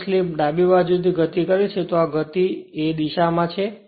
જો સ્લીપ ડાબી બાજુથી ગતિ કરે છે તો ગતિ એ આ દિશા માં છે